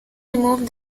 removed